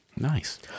Nice